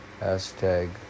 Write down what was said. hashtag